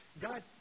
God